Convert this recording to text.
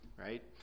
Right